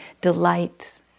delight